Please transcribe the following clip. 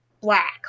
black